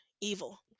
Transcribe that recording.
evil